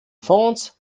fonds